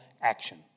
action